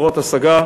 בר-השגה,